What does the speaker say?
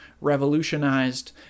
revolutionized